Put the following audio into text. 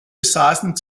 besaßen